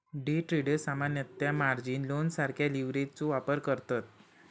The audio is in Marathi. डे ट्रेडर्स सामान्यतः मार्जिन लोनसारख्या लीव्हरेजचो वापर करतत